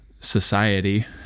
Society